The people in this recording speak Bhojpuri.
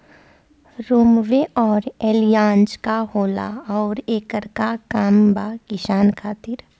रोम्वे आउर एलियान्ज का होला आउरएकर का काम बा किसान खातिर?